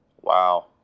Wow